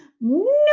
no